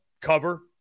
cover